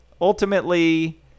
Ultimately